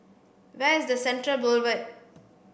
where is Central Boulevard